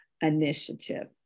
initiative